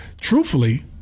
truthfully